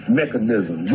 mechanism